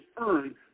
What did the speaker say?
earned